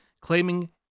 claiming